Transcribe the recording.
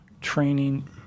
training